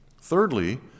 Thirdly